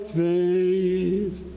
faith